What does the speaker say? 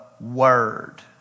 word